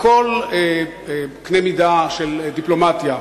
מכל קנה מידה של דיפלומטיה,